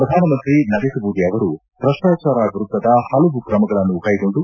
ಪ್ರಧಾನ ಮಂತ್ರಿ ನರೇಂದ್ರ ಮೋದಿ ಅವರು ಭ್ರಷ್ಟಾಚಾರ ವಿರುದ್ದದ ಹಲವು ಕ್ರಮಗಳನ್ನು ಕೈಗೊಂಡು